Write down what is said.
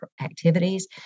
activities